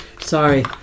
Sorry